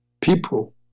people